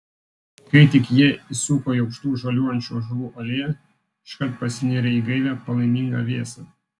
kai tik jie įsuko į aukštų žaliuojančių ąžuolų alėją iškart pasinėrė į gaivią palaimingą vėsą